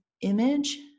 image